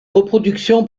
reproduction